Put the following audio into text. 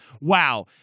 Wow